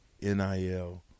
NIL